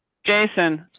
jason.